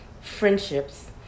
friendships